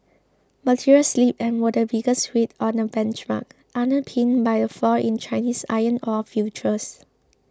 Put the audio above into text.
materials slipped and were the biggest weight on the benchmark underpinned by a fall in Chinese iron ore futures